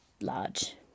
large